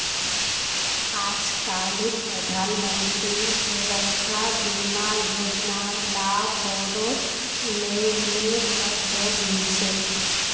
आजकालित प्रधानमंत्री सुरक्षा बीमा योजनार लाभ बोरो लेवलेर पर लोग ली छेक